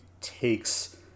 takes